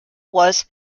was